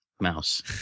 mouse